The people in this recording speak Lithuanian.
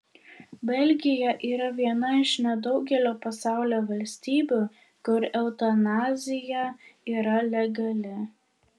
belgija yra viena iš nedaugelio pasaulio valstybių kur eutanazija yra legali